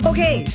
Okay